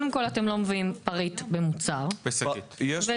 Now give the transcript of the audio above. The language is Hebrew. מי מזמין משלוחים הביתה - זה לא אותם שני חברי הכנסת